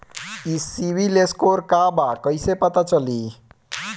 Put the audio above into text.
ई civil score का बा कइसे पता चली?